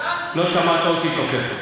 לא שמעת אותי תוקף אותו.